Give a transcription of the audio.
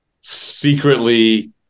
secretly